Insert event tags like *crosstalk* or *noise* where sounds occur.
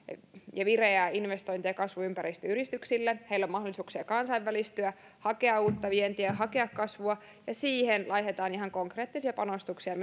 ja vireä investointi ja kasvuympäristö yrityksille heillä on mahdollisuuksia kansainvälistyä hakea uutta vientiä ja hakea kasvua ja siihen laitetaan ihan konkreettisia panostuksia *unintelligible*